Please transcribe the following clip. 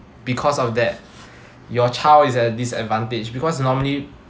because of that your child is at disadvantage because normally